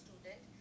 student